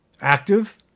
active